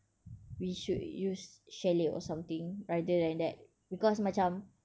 we should use chalet or something rather than that because macam